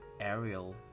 Ariel